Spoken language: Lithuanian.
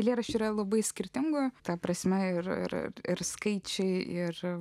eilėraščių yra labai skirtingų ta prasme ir ir skaičiai ir